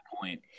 point